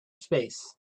space